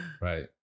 Right